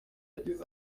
yagize